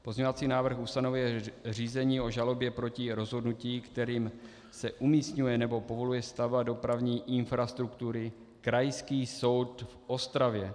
Pozměňovací návrh ustanovuje řízení o žalobě proti rozhodnutí, kterým se umisťuje nebo povoluje stavba dopravní infrastruktury, Krajský soud v Ostravě.